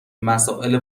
مسائل